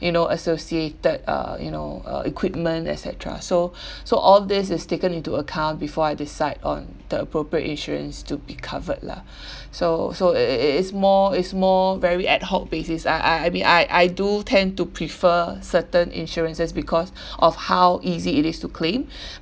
you know associated uh you know uh equipment et cetera so so all this is taken into account before I decide on the appropriate insurance to be covered lah so so it it it is more is more very ad hoc basis I I mean I I do tend to prefer certain insurances because of how easy it is to claim